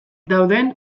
dauden